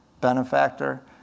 benefactor